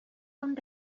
com